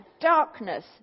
darkness